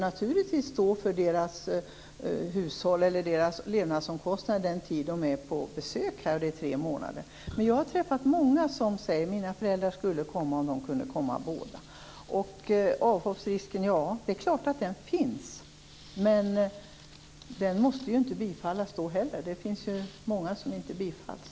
Naturligtvis får man stå för deras levnadsomkostnader den tid de är på besök här, alltså tre månader. Man jag har träffat många som säger att deras föräldrar skulle komma om de bara kunde komma båda två. Det är klart att det finns en avhoppsrisk, men ansökningar måste inte bifallas då heller. Det är många som inte bifalls.